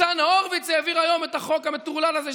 ניצן הורוביץ העביר היום את החוק המטורלל הזה,